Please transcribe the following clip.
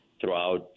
throughout